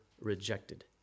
rejected